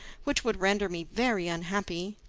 which would render me very unhappy.